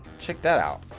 check that out.